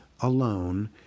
alone